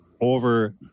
over